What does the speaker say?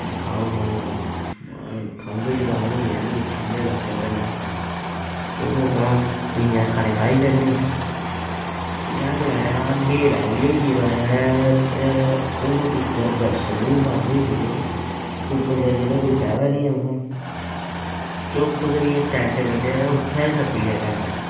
खाओ खाओ महां खंग जकाम होई जानी ठंडै लाह्कै कन्नै चलो महां तुसींं आक्खा ने खाई लैन्ने आं में गलाया न्हेरा बी होई गेदा ऐ ते हून उप्पर दर्शन बी बंद होई गेदे उप्पर जाइयै ते कोई फैदा निं ऐ महां चुप्प करियै टैंट कड्डेआ ते उत्थें गै ठप्पी लेआ टैंट